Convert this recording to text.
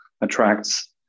attracts